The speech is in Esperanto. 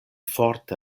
forte